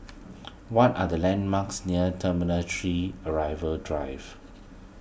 what are the landmarks near Terminal three Arrival Drive